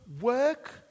work